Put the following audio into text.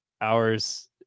hours